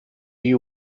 you